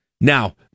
Now